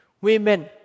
women